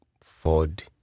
Ford